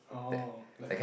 oh